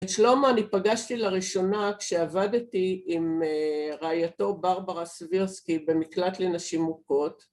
את שלמה אני פגשתי לה ראשונה כשעבדתי עם רעייתו ברברה סבירסקי במקלט לנשים מוכות